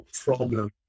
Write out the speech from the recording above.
problem